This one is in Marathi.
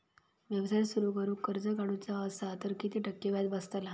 व्यवसाय सुरु करूक कर्ज काढूचा असा तर किती टक्के व्याज बसतला?